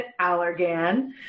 Allergan